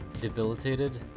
debilitated